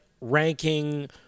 ranking